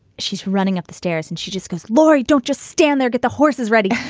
she's running up the stairs and she just goes laurie, don't just stand there, get the horses ready.